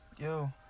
Yo